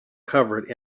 covered